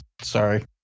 Sorry